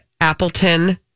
Appleton